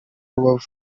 rubavu